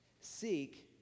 Seek